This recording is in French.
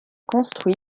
construit